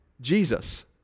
Jesus